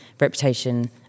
reputation